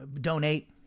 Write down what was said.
donate